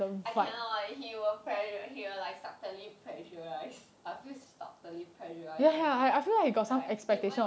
I cannot he will pressure he will subtlely pressurize I feel subtlely pressurized by him